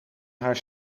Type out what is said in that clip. haar